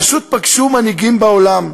פשוט פגשו מנהיגים בעולם,